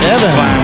Evan